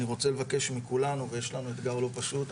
אני רוצה לבקש מכולנו ויש לנו אתגר לא פשוט,